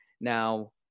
Now